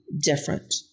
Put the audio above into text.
different